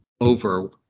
over